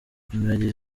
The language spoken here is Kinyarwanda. ingagi